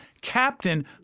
Captain